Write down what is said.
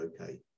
okay